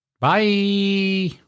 Bye